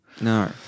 No